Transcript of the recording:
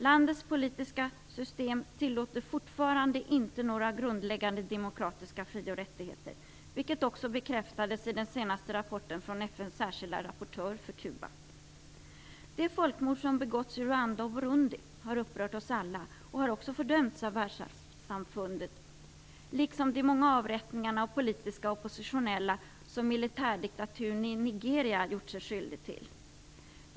Landets politiska system tillåter fortfarande inte några grundläggande demokratiska fri och rättigheter, vilket bekräftades i den senaste rapporten från De folkmord som begåtts i Rwanda och Burundi har upprört oss alla och har också fördömts av världssamfundet, liksom de många avrättningar av politiska oppositionella som militärdiktaturen i Nigeria gjort sig skyldig till.